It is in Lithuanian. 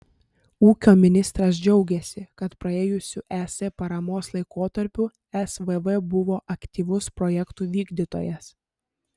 ūkio ministras džiaugėsi kad praėjusiu es paramos laikotarpiu svv buvo aktyvus projektų vykdytojas